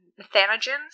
methanogens